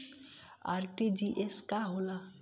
RTGS का होला?